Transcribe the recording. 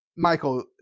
Michael